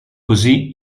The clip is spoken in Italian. così